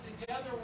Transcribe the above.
together